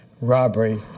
robbery